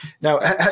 Now